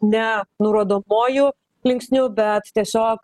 ne nurodomoju linksniu bet tiesiog